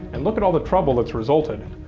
and look at all the trouble that's resulted.